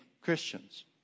Christians